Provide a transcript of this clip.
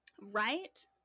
Right